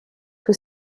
que